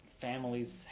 families